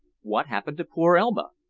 what happened to poor elma?